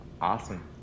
Awesome